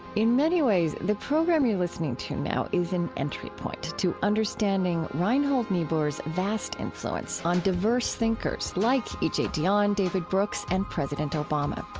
in many ways the program you're listening to now is an entry point to understanding reinhold niebuhr's vast influence on diverse thinkers like e j. dionne, david brooks, and president obama.